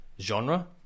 genre